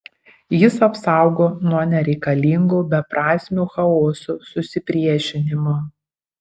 jis apsaugo nuo nereikalingo beprasmio chaoso susipriešinimo